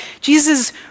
Jesus